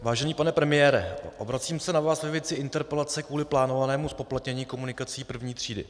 Vážený pane premiére, obracím se na vás ve věci interpelace kvůli plánovanému zpoplatnění komunikací první třídy.